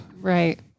Right